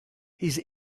his